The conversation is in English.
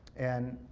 and